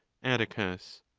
atticus.